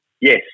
yes